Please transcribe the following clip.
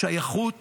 שייכות